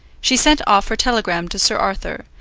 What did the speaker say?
she sent off her telegram to sir arthur,